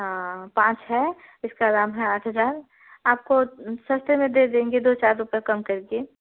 हाँ पाँच है इसका दाम है आठ हजार आपको सस्ते में दे देंगे दो चार रुपए कम करके